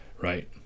right